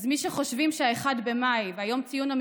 אז יש מי שחושבים ש-1 במאי וציון היום